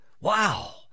wow